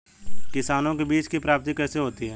किसानों को बीज की प्राप्ति कैसे होती है?